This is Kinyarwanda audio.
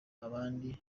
abandi